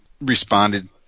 responded